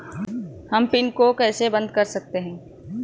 हम पिन को कैसे बंद कर सकते हैं?